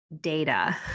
data